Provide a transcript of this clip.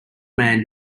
man